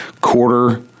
quarter